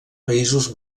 països